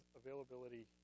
availability